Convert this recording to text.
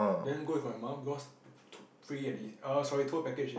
then go with my mum because free and ea~ err sorry tour package then